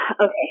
Okay